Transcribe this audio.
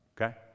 Okay